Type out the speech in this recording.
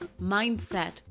mindset